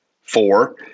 Four